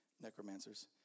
necromancers